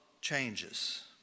changes